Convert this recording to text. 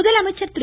முதலமைச்சர் திரு